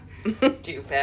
stupid